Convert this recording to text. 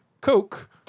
Coke